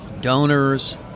donors